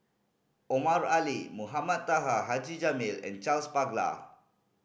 Omar Ali Mohamed Taha Haji Jamil and Charles Paglar